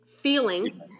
feeling